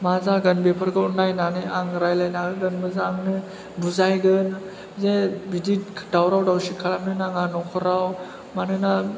मा जागोन बेफोरखौ नायनानै आं रायलायना होगोन मोजांनो बुजायगोन जे बिदि दावराव दावसि खालामनो नाङा नखराव मानोना